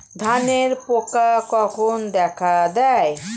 ধানের পোকা কখন দেখা দেয়?